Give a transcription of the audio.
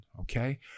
okay